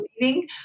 leading